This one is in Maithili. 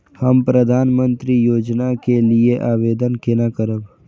हम प्रधानमंत्री योजना के लिये आवेदन केना करब?